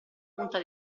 punta